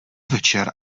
večer